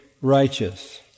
righteous